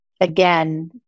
again